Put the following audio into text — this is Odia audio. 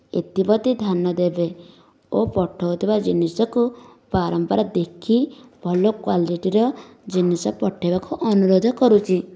ଏତିପ୍ରତି ଧ୍ୟାନ ଦେବେ ଓ ପଠାଉଥିବା ଜିନିଷକୁ ବାରମ୍ବାର ଦେଖି ଭଲ କ୍ଵାଲିଟିର ଜିନିଷ ପଠାଇବାକୁ ଅନୁରୋଧ କରୁଛି